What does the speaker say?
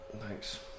Thanks